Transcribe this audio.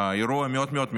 אירוע מאוד מאוד משונה.